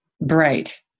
bright